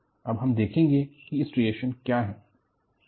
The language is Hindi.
अब हम देखेंगे कि स्ट्रिएशनस क्या है